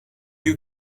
you